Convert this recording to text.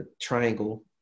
triangle